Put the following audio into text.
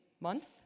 month